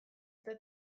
eta